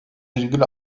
virgül